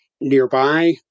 nearby